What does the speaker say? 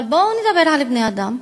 אבל בואו נדבר על בני-אדם.